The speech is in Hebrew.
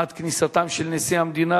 עד כניסתם של נשיא המדינה,